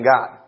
God